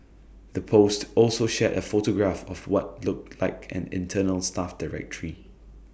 the post also shared A photograph of what looked like an internal staff directory